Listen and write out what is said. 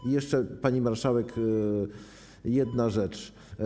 I jeszcze, pani marszałek, jedna rzecz.